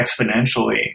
exponentially